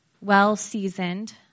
well-seasoned